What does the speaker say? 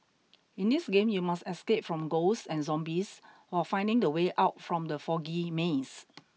in this game you must escape from ghosts and zombies while finding the way out from the foggy maze